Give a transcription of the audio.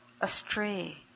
astray